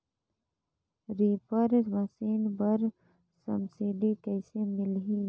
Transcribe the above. Reaper machine बर subsidy कइसे मिलही?